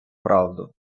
правду